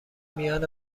میان